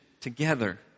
together